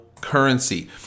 currency